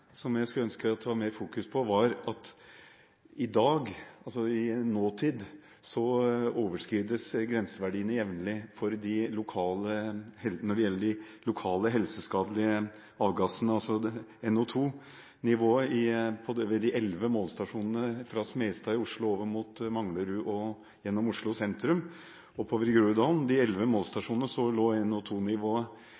som jeg skulle ønske at det var mer fokus på, er at grenseverdiene for de lokale, helseskadelige avgassene i dag jevnlig overskrides. Ved de elleve målestasjonene i Oslo, fra Smestad over mot Manglerud og gjennom Oslo sentrum og oppover i Groruddalen, lå NO2-nivået i gjennomsnitt 50 pst. over grenseverdiene i